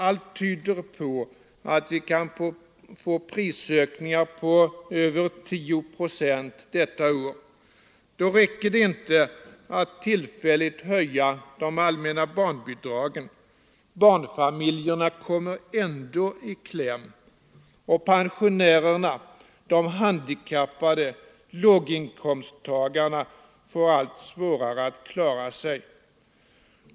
Allt tyder på att vi kan råka ut för prisökningar på över 10 procent detta år. Då räcker det inte att tillfälligt höja de allmänna barnbidragen — barnfamiljerna kommer ändå i kläm — och pensionärerna, de handikappade och låginkomsttagarna får allt svårare att klara sig.